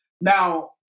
Now